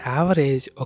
average